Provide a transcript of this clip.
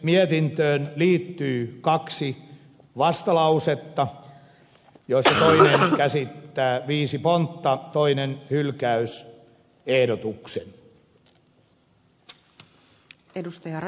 mietintöön liittyy kaksi vastalausetta joista toinen käsittää viisi pontta toinen hylkäysehdotuksen